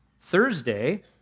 Thursday